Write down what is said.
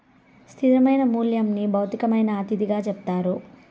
స్థిరమైన మూల్యంని భౌతికమైన అతిథిగా చెప్తారు